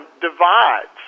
divides